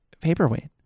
paperweight